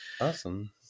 Awesome